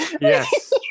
Yes